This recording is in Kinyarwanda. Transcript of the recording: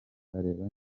areba